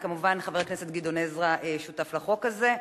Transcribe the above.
כמובן, חבר הכנסת גדעון עזרא שותף לחוק הזה.